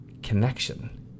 connection